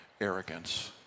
arrogance